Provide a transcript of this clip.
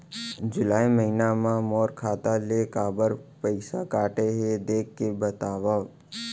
जुलाई महीना मा मोर खाता ले काबर पइसा कटे हे, देख के बतावव?